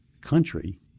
country